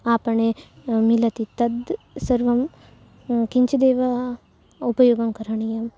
आपणे मिलति तद् सर्वं किञ्चिदेव उपयोगं करणीयम्